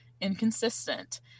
inconsistent